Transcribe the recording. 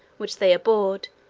which they abhorred,